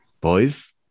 Boys